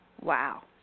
Wow